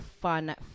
Fun